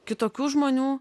kitokių žmonių